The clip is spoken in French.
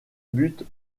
but